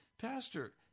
Pastor